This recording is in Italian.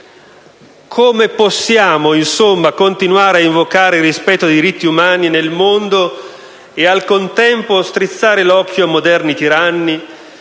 Come possiamo, insomma, continuare ad invocare il rispetto dei diritti umani nel mondo e al contempo strizzare l'occhio a moderni tiranni?